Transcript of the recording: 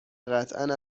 قطعا